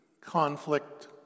conflict